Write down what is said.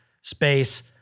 space